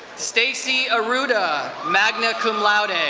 stacy aruda, magna cum laude.